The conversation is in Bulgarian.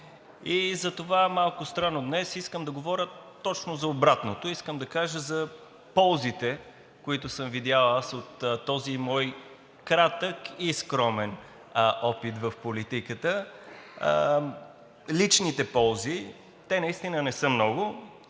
И затова – малко странно, днес искам да говоря точно за обратното, искам да кажа за ползите, които съм видял аз от този мой кратък и скромен опит в политиката. Личните ползи, те наистина не са много,